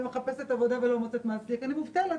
מחפשת עבודה ולא מוצאת מעסיק אני מובטלת,